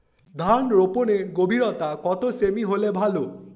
ধান রোপনের গভীরতা কত সেমি হলে ভালো?